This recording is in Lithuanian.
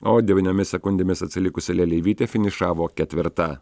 o devyniomis sekundėmis atsilikusi leleivytė finišavo ketvirta